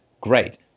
great